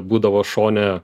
būdavo šone